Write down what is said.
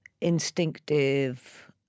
instinctive